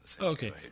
Okay